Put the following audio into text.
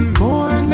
more